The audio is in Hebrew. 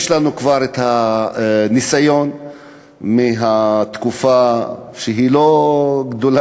יש לנו כבר ניסיון מהתקופה, שהיא לא ארוכה,